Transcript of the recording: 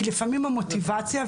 כי לפעמים המוטיבציה,